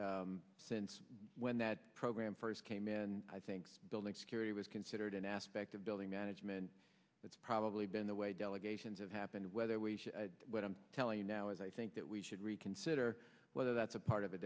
since when that program first came in i think building security was considered an aspect of building management that's probably been the way delegations have happened whether we should what i'm telling you now is i think that we should reconsider whether that's a part of a